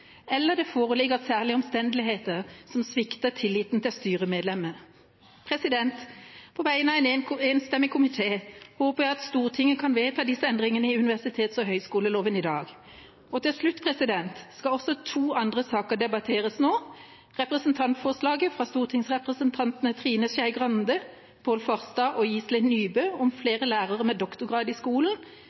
eller det foreligger særlige omstendigheter som svekker tilliten til styremedlemmet. På vegne av en enstemmig komité håper jeg at Stortinget kan vedta disse endringene i universitets- og høyskoleloven i dag. Til slutt: Også to andre saker debatteres nå: representantforslaget fra stortingsrepresentantene Trine Skei Grande, Pål Farstad og Iselin Nybø om flere lærere med doktorgrad i skolen